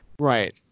Right